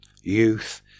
youth